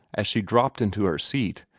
as she dropped into her seat,